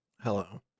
Hello